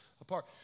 apart